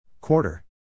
Quarter